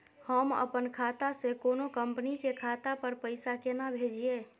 हम अपन खाता से कोनो कंपनी के खाता पर पैसा केना भेजिए?